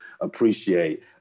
appreciate